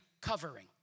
covering